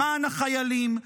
למען החיילים,